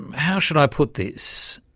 how should i put this,